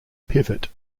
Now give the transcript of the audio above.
pivot